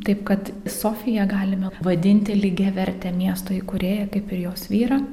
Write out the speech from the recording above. taip kad sofiją galime vadinti lygiaverte miesto įkūrėja kaip ir jos vyrą